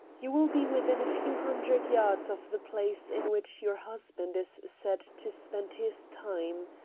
you will be within a few hundred yards of the place in which your husband is said to spend his time.